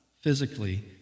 physically